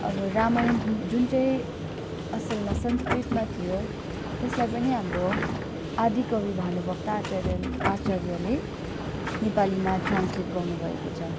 अब रामायण जुन चाहिँ असलमा संस्कृतमा थियो त्यसलाई पनि हाम्रो आदिकवि भानुभक्त आचार्य आचार्यले नेपालीमा ट्रान्सलेट गर्नु भएको छ